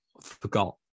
forgot